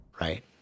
Right